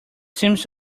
seems